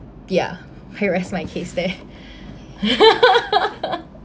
ya here rest my case there